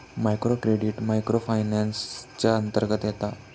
micro credit micro finance च्या अंतर्गत येता